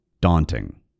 Daunting